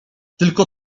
tylko